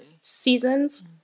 seasons